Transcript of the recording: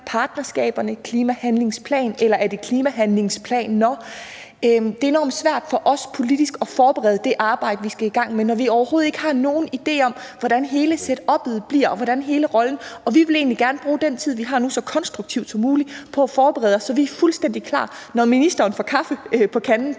klimapartnerskaber og klimahandlingsplan, eller er det klimahandlingsplaner? Det er enormt svært for os politisk at forberede det arbejde, vi skal i gang med, når vi overhovedet ikke har nogen idé om, hvordan hele setuppet bliver. Og vi vil egentlig gerne bruge den tid, vi har nu, så konstruktivt som muligt på at forberede os, så vi er fuldstændig klar, når ministeren får kaffe på kanden på